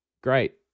Great